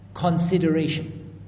consideration